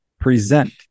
present